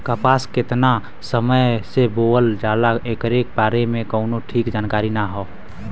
कपास केतना समय से बोअल जाला एकरे बारे में कउनो ठीक जानकारी ना हौ